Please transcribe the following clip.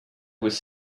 was